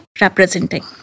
representing